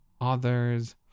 others